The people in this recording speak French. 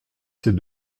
ses